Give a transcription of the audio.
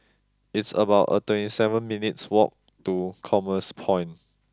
it's about a twenty seven minutes' walk to Commerce Point